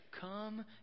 come